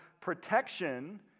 protection